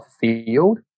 field